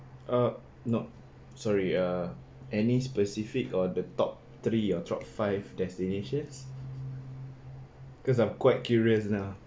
uh no sorry err any specific or the top three or top five destinations because I'm quite curious now